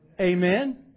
Amen